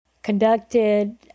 conducted